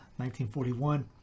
1941